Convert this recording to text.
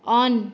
on